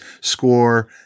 score